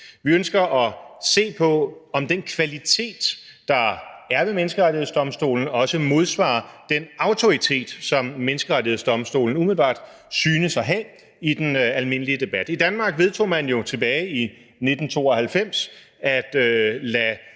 Vi ønsker at se på, om den kvalitet, der er ved Menneskerettighedsdomstolen, også modsvarer den autoritet, som Menneskerettighedsdomstolen umiddelbart synes at have i den almindelige debat. I Danmark vedtog man jo tilbage i 1992 at lade